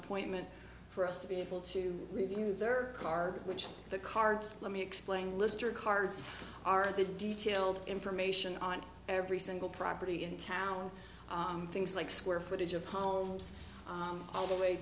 appointment for us to be able to review their car which the cards let me explain lister cards are the detailed information on every single property in town things like square footage of homes all the way